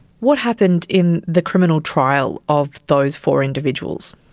what happened in the criminal trial of those four individuals?